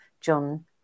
John